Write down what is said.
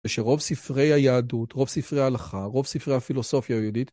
ושרוב ספרי היהדות, רוב ספרי ההלכה, רוב ספרי הפילוסופיה היהודית